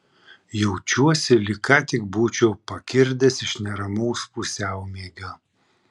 jaučiuosi lyg ką tik būčiau pakirdęs iš neramaus pusiaumiegio